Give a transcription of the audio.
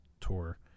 tour